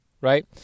right